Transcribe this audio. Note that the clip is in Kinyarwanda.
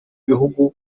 bihugu